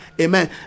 amen